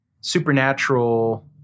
supernatural